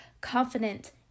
confident